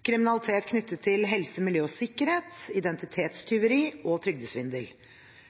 kriminalitet knyttet til helse, miljø og sikkerhet, identitetstyveri og trygdesvindel.